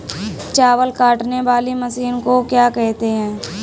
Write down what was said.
चावल काटने वाली मशीन को क्या कहते हैं?